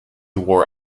war